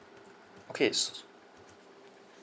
okay